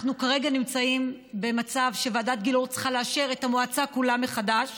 אנחנו כרגע נמצאים במצב שוועדת גילאור צריכה לאשר את המועצה כולה מחדש,